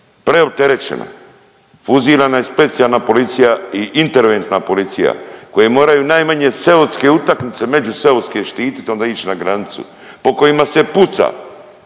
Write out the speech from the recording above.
preopterećena. Fuzirana je specijalna policija i interventna policija koji moraju najmanje seoske utakmice, međuseoske štitit, onda ić na granicu. Po kojima se puca.